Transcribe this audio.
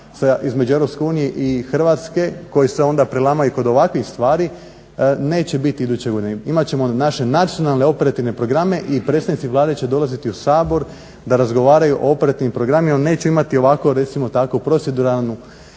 između EU i Hrvatske koji se onda prelamaju kod ovakvih stvari neće biti iduće godine. Imat ćemo naše nacionalne operativne programe i predstavnici Vlade će dolaziti u Sabor da razgovaraju o operativnim programima, neće imati ovako recimo tako proceduralni